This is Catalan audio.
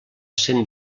cent